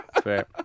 Fair